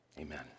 amen